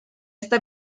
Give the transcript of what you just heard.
esta